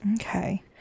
Okay